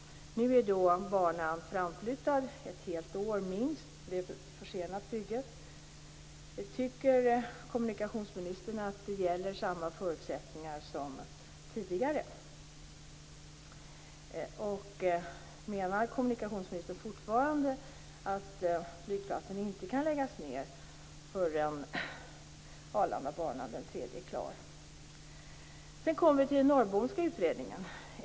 Nu är banans färdigställande framflyttat minst ett helt år. Bygget är försenat. Tycker kommunikationsministern att samma förutsättningar som tidigare gäller? Menar kommunikationsministern fortfarande att flygplatsen inte kan läggas ned förrän den tredje Arlandabanan är klar? Så till den Norrbomska utredningen.